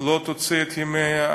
לא תוציא את ימיה.